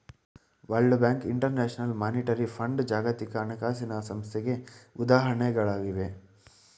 world bank, international monetary fund ಜಾಗತಿಕ ಹಣಕಾಸಿನ ವ್ಯವಸ್ಥೆಗೆ ಉದಾಹರಣೆಗಳಾಗಿವೆ